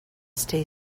stay